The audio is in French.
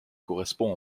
correspond